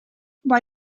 why